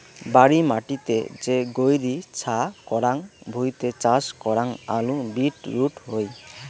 বাড়ি মাটিতে যে গৈরী ছা করাং ভুঁইতে চাষ করাং আলু, বিট রুট হই